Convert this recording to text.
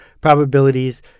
probabilities